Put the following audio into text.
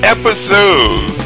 episode